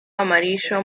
amarillo